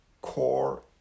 core